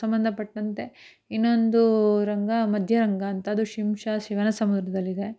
ಸಂಬಂಧಪಟ್ಟಂತೆ ಇನ್ನೊಂದು ರಂಗ ಮಧ್ಯರಂಗ ಅಂತ ಅದು ಶಿಂಷಾ ಶಿವನ ಸಮುದ್ರದಲ್ಲಿದೆ